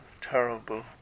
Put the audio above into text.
terrible